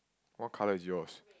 what colour is yours